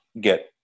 get